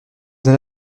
dans